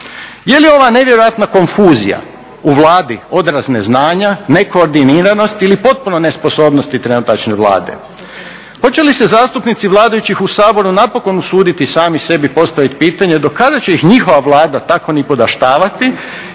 Je li ova nevjerojatna konfuzija u Vladi odraz neznanja, nekoordiniranost ili potpune nesposobnosti trenutačne Vlade. Hoće li se zastupnici vladajućih u Saboru napokon usuditi sami sebi postaviti pitanje do kada će ih njihova Vlada tako nipodaštavati